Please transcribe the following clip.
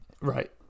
Right